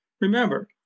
Remember